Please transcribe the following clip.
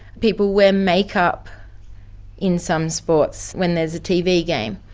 people wear makeup in some sports when there's a tv game.